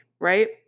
Right